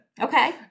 Okay